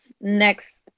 next